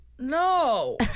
No